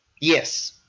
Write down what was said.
Yes